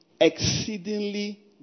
exceedingly